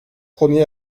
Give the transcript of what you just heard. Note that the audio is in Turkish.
konuya